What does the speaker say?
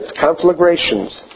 conflagrations